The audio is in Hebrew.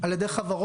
על ידי חברות.